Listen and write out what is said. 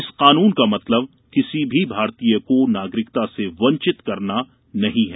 इस कानून का मतलब किसी भी भारतीय को नागरिकता से वंचित करना नहीं है